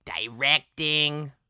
directing